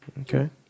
Okay